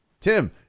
Tim